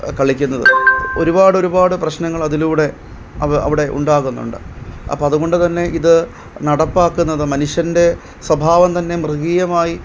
കളിക്കുന്നത് ഒരുപാട് ഒരുപാട് പ്രശ്നങ്ങളതിലൂടെ അവ അവിടെ ഉണ്ടാകുന്നുണ്ട് അപ്പം അതുകൊണ്ട് തന്നെ ഇത് നടപ്പാക്കുന്നത് മനുഷ്യൻ്റെ സ്വഭാവം തന്നെ മൃഗീയമായി